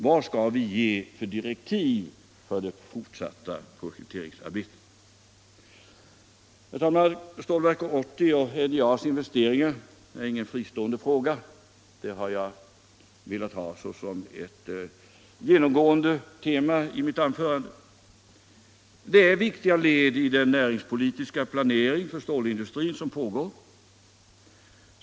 Vad skall vi ge för direktiv för det fortsatta projekteringsarbetet? Herr talman! Stålverk 80 och NJA:s investeringar är ingen fristående fråga — det har jag velat ha som ett genomgående tema i mitt anförande. De är viktiga led i den näringspolitiska planering för stålindustrin som pågår.